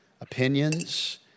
opinions